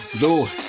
Lord